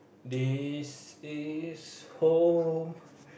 this is home